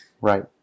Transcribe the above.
Right